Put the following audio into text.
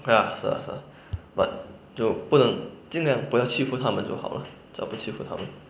okay lah 是 ah 是 ah but 就不能尽量不要欺负他们就好了只有就不要欺负他们